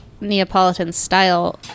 Neapolitan-style